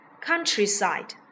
Countryside